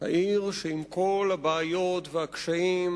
העיר שעם כל הבעיות והקשיים,